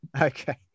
Okay